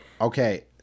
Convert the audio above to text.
okay